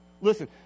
listen